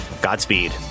Godspeed